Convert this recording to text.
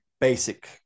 basic